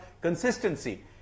consistency